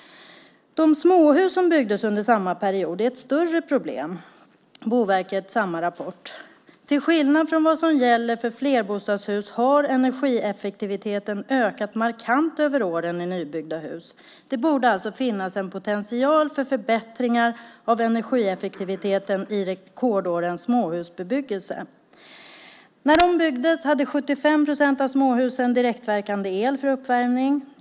De småhus som byggdes under samma period är ett större problem, säger Boverket i samma rapport. Man skriver att till skillnad från vad som gäller flerbostadshus har energieffektiviteten ökat markant över åren i nybyggda hus. Det borde alltså finnas en potential för förbättringar av energieffektiviteten i rekordårens småhusbebyggelse. När de byggdes hade 75 procent av småhusen direktverkande el för uppvärmning.